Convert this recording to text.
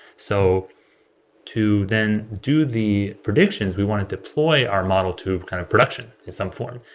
so to then do the predictions, we want to deploy our model to kind of production in some form.